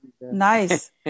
Nice